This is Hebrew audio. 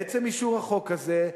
בעצם אישור החוק הזה,